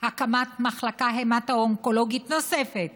הקמת מחלקה המטו-אונקולוגית נוספת